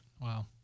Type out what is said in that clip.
Wow